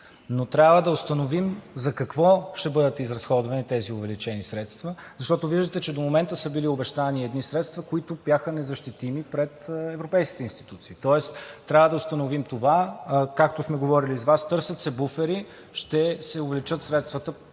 Но трябва да установим за какво ще бъдат изразходвани тези увеличени средства, защото виждате, че до момента са били обещани едни средства, които бяха незащитими пред европейските институции. Тоест трябва да установим това. Както сме говорили с Вас, търсят се буфери, ще се увеличат средствата